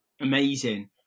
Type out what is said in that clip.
Amazing